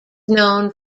known